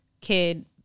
kid